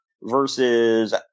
versus